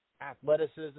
athleticism